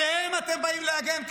עליהם אתם באים להגן כאן?